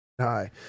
hi